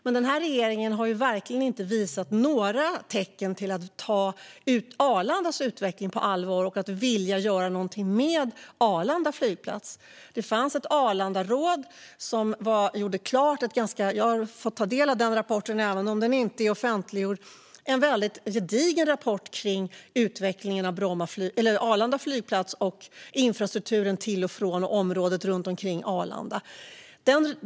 Men regeringen har verkligen inte visat några tecken på att ta Arlandas utveckling på allvar och att vilja göra något med Arlanda flygplats. Det fanns ett Arlandaråd som gjorde klart en rapport som jag har fått ta del av även om den inte är offentliggjord. Det är en väldigt gedigen rapport om utvecklingen av Arlanda flygplats, infrastrukturen till och från och området runt omkring Arlanda.